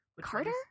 Carter